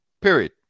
Period